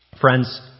Friends